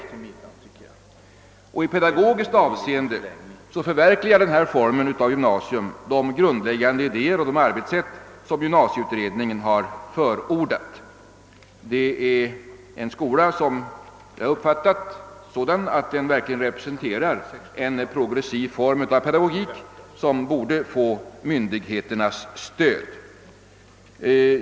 Och i pedagogiskt avseende förverkligar denna form av gymnasium de grundläggande idéer och det arbetssätt som gymnasieutredningen har förordat. Det är en skola som jag uppfattat så, att den verkligen representerar en progressiv form av pedagogik som borde få myndigheternas stöd.